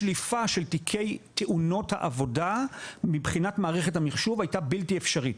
השליפה של תיקי תאונות העבודה מבחינת מערכת המחשוב הייתה בלתי אפשרית.